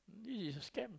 this is a scam